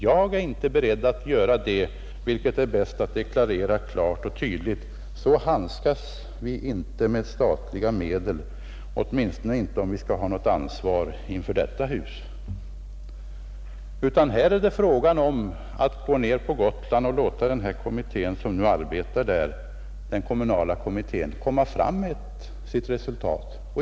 Jag är inte beredd att göra det, vilket är bäst att deklarera klart och tydligt. Så handskas vi inte med statliga medel, åtminstone inte om vi skall ha något ansvar inför detta hus. Här är det fråga om att låta den kommunala kommittén som nu arbetar lägga fram sitt resultat.